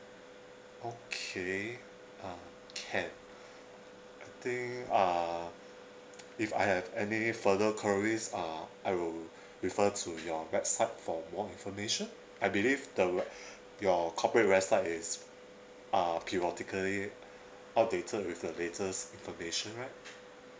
okay uh can I think uh if I have any further queries uh I will refer to your website for more information I believe the we~ your corporate website is uh periodically updated with the latest information right